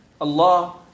Allah